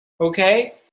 okay